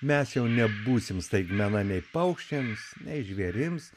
mes jau nebūsim staigmena nei paukščiams nei žvėrims